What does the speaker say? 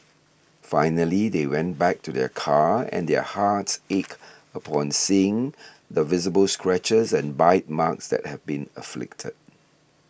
finally they went back to their car and their hearts ached upon seeing the visible scratches and bite marks that had been inflicted